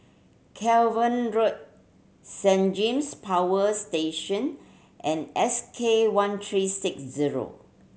Cavenagh Road Saint James Power Station and S K one three six zero